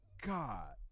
God